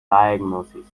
diagnosis